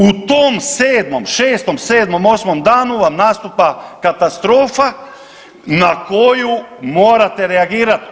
U tom 7., 6., 7., 8. danu vam nastupa katastrofa na koju morate reagirat.